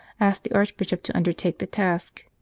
asked the archbishop to under take the task.